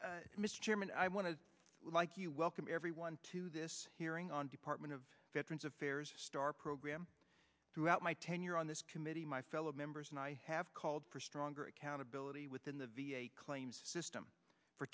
chairman i want to like you welcome everyone to this hearing on department of veterans affairs star program throughout my tenure on this committee my fellow members and i have called for stronger accountability within the v a claims system for